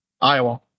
Iowa